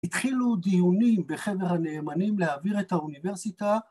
‫התחילו דיונים בחבר הנאמנים ‫להעביר את האוניברסיטה.